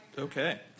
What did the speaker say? Okay